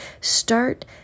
Start